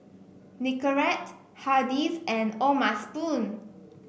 Nicorette Hardy's and O'ma Spoon